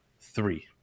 Three